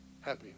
Happy